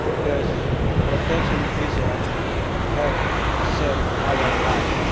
this but protection visa have saved our life.